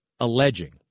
alleging